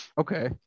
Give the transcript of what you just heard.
Okay